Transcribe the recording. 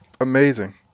amazing